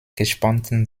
gespannten